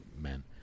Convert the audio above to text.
men